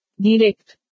Direct